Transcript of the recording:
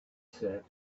said